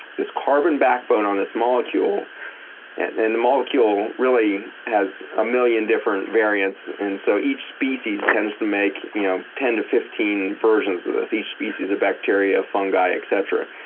this carbon backbone on this molecule and and the molecule really has a million different variants. and so each species tends to make you know ten to fifteen versions of this. each species of bacteria, fungi, et cetera.